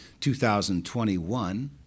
2021